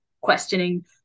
questioning